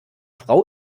frau